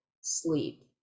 sleep